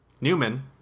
Newman